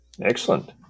Excellent